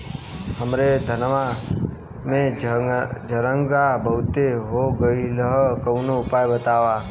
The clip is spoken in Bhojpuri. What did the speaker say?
हमरे धनवा में झंरगा बहुत हो गईलह कवनो उपाय बतावा?